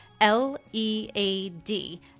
L-E-A-D